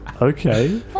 Okay